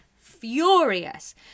furious